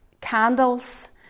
candles